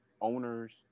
owners